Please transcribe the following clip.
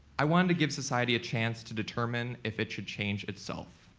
i wanted to give society a chance to determine if it should change itself.